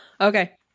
Okay